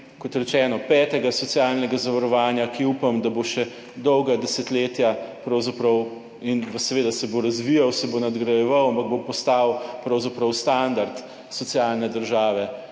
kot rečeno, petega socialnega zavarovanja, ki upam, da bo še dolga desetletja pravzaprav. In seveda se bo razvijal, se bo nadgrajeval, ampak bo postal pravzaprav standard socialne države,